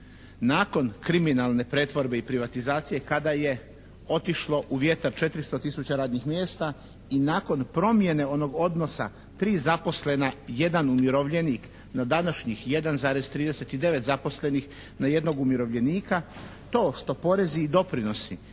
Nakon kriminalne pretvorbe i privatizacije kada je otišlo u vjetar 400 tisuća radnih mjesta i nakon promjene onog odnosa 3 zaposlena 1 umirovljenik na današnjih 1,39 zaposlenih na jednog umirovljenika to što porezi i doprinosi